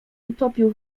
utopił